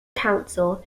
counsel